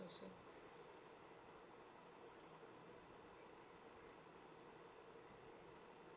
also